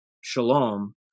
shalom